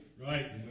right